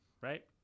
Right